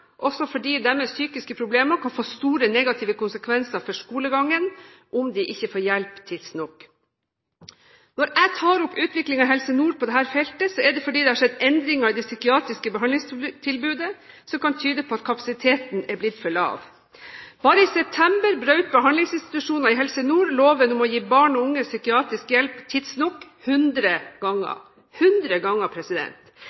også fordi deres psykiske problemer kan få store negative konsekvenser for skolegangen, om de ikke får hjelp tidsnok. Når jeg tar opp utviklingen i Helse Nord på dette feltet, er det fordi det har skjedd endringer i det psykiatriske behandlingstilbudet som kan tyde på at kapasiteten er blitt for lav. Bare i september brøt behandlingsinstitusjoner i Helse Nord loven om å gi barn og unge psykiatrisk hjelp tidsnok